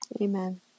Amen